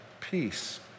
peace